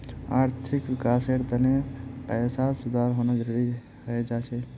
आर्थिक विकासेर तने पैसात सुधार होना जरुरी हय जा छे